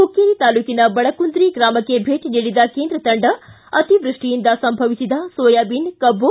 ಹುಕ್ಕೇರಿ ತಾಲ್ಲೂಕಿನ ಬಡಕುಂದ್ರಿ ಗ್ರಾಮಕ್ಕೆ ಭೇಟ ನೀಡಿದ ಕೇಂದ್ರ ತಂಡ ಅತಿವೃಷ್ಷಿಯಿಂದ ಸಂಭವಿಸಿದ ಸೋಯಾಬಿನ್ ಕಬ್ಬು